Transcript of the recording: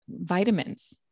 vitamins